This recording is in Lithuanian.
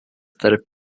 tarp